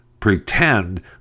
Pretend